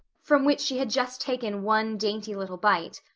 from which she had just taken one dainty little bite,